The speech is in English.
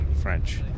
French